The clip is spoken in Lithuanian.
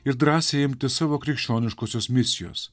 ir drąsiai imtis savo krikščioniškosios misijos